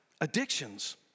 addictions